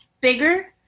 bigger